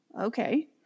okay